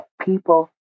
people